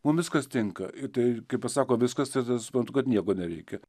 mum viskas tinka ir tai kaip pasako viskas tada suprantu kad nieko nereikia